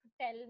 tell